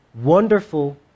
wonderful